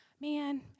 man